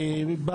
ששם